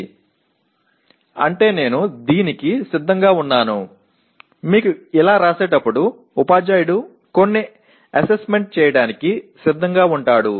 அதாவது நான் இதற்கு தயாராக இருக்கிறேன் நீங்கள் இப்படி எழுதும்போது ஆசிரியர் சில மதிப்பீடுகளை செய்ய தயாராக இருக்கிறார்